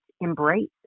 embrace